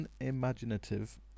unimaginative